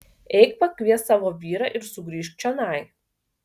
eik pakviesk savo vyrą ir sugrįžk čionai